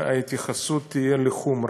וההתייחסות תהיה לחומרה.